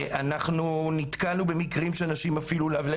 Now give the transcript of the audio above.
אנחנו נתקלנו במקרים שאנשים אפילו לא יכלו